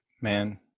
Man